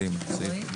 כן.